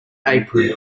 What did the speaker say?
apron